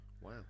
wow